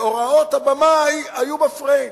והוראות הבמאי היו ב-frame.